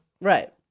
right